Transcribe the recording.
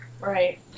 Right